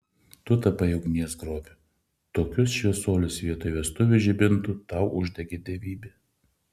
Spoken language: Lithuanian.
tu tapai ugnies grobiu tokius šviesulius vietoj vestuvių žibintų tau uždegė dievybė